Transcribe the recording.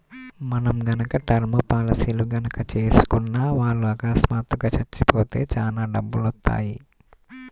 మనం గనక టర్మ్ పాలసీలు గనక చేసుకున్న వాళ్ళు అకస్మాత్తుగా చచ్చిపోతే చానా డబ్బులొత్తయ్యి